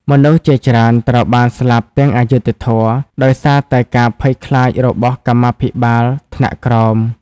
មនុស្សជាច្រើនត្រូវបានស្លាប់ទាំងអយុត្តិធម៌ ដោយសារតែការភ័យខ្លាចរបស់កម្មាភិបាលថ្នាក់ក្រោម។